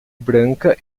branca